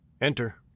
Enter